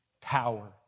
power